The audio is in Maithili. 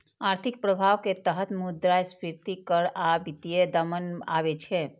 आर्थिक प्रभाव के तहत मुद्रास्फीति कर आ वित्तीय दमन आबै छै